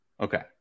Okay